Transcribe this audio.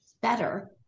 better